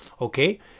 okay